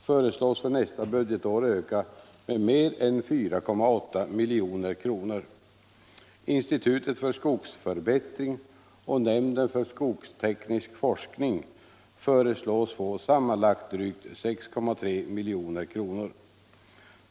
föreslås för nästa budgetår öka med mer än 4,8 milj.kr. Institutet för skogsförbättring och nämnden för skogsteknisk forskning föreslås få sammanlagt drygt 6,3 milj.kr.